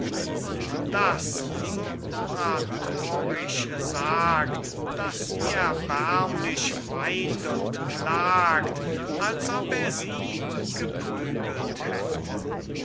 und das so oratorisch sagt daß sie erbärmlich weint und klagt als ob er sie geprügelt hätte